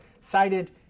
cited